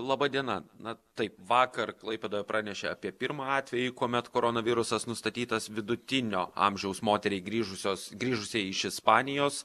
laba diena na taip vakar klaipėdoje pranešė apie pirmą atvejį kuomet koronavirusas nustatytas vidutinio amžiaus moteriai grįžusios grįžusiai iš ispanijos